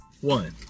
One